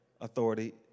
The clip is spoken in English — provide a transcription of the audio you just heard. authority